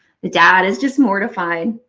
the dad is just mortified.